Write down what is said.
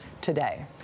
today